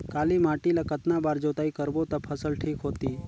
काली माटी ला कतना बार जुताई करबो ता फसल ठीक होती?